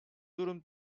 durum